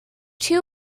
two